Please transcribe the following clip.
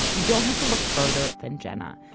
you don't have to look further than jenna.